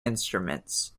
instruments